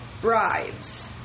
bribes